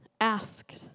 asked